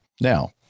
Now